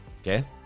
Okay